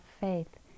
faith